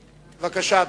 אדוני,